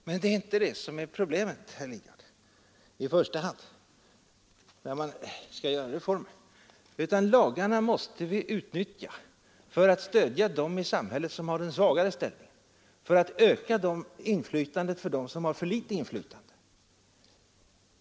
Men det är inte det som i första hand är problemet när man skall genomföra reformer, herr Lidgard, utan det är att ta ställning till hur man skall utnyttja lagarna för att stödja dem i samhället som har den svagare ställningen, för att öka inflytandet för dem som har för litet inflytande.